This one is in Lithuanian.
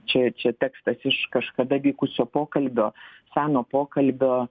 čia čia tekstas iš kažkada vykusio pokalbio seno pokalbio